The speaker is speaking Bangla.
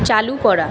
চালু করা